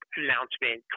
announcement